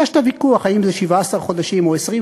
אז יש את הוויכוח אם זה 17 חודשים או 20,